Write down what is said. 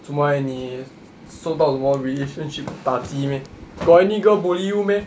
做么 eh 你受到什么 relationship 打击 meh got any girl bully you meh